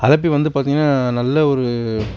அலப்பி வந்து பார்த்தீங்னா நல்ல ஒரு